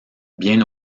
bien